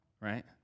right